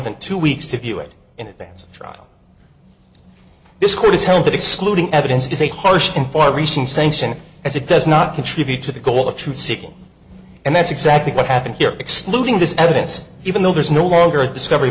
than two weeks to view it in advance of trial this court is held that excluding evidence is a harsh in for recent sanction as it does not contribute to the goal of truth seeking and that's exactly what happened here excluding this evidence even though there's no longer a discovery